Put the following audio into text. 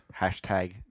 Hashtag